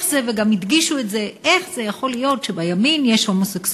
וגם הדגישו את זה: איך יכול להיות שיש בימין הומוסקסואל?